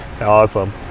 awesome